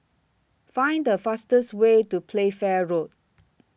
Find The fastest Way to Playfair Road